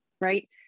right